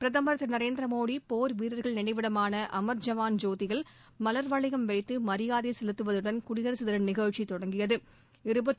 பிரதமர் திரு நரேந்திர மோடி போர் வீரர்கள் நினைவிடமான அமர்ஜவான் ஜோதியில் மலர் வளையம் வைத்து மரியாதை செலுத்துவதுடன் குடியரசு தின நிகழ்ச்சி தொடங்கியது